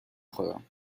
خورم